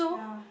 yeah